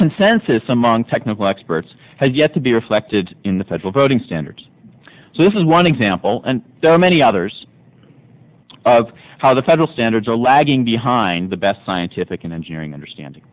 consensus among technical experts has yet to be reflected in the federal voting standards so this is one example and there are many others of how the federal standards are lagging behind the best scientific and engineering understanding